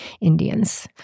Indians